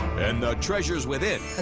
and the treasures within.